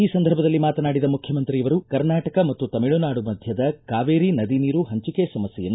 ಈ ಸಂದರ್ಭದಲ್ಲಿ ಮಾತನಾಡಿದ ಮುಖ್ಯಮಂತ್ರಿಯವರು ಕರ್ನಾಟಕ ಮತ್ತು ತಮಿಳುನಾಡು ಮಧ್ಯದ ಕಾವೇರಿ ನದಿ ನೀರು ಹಂಚಿಕೆ ಸಮಸ್ಟೆಯನ್ನು